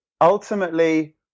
ultimately